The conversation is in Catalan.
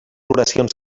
oracions